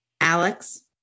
Alex